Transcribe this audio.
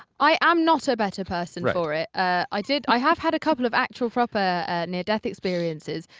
i am not a better person for it. i did i have had a couple of actual proper near-death experiences,